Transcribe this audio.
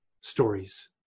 stories